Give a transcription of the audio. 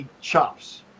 chops